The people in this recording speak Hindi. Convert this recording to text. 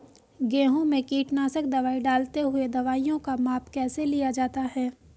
गेहूँ में कीटनाशक दवाई डालते हुऐ दवाईयों का माप कैसे लिया जाता है?